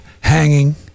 hanging